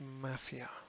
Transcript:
mafia